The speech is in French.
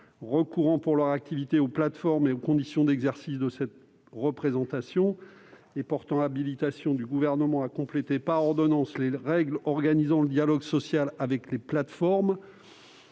recourant pour leur activité aux plateformes et aux conditions d'exercice de cette représentation et portant habilitation du Gouvernement à compléter par ordonnance les règles organisant le dialogue social avec les plateformes